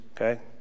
okay